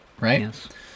right